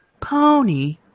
Pony